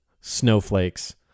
snowflakes